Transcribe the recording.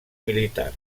militar